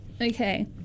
Okay